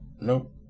Nope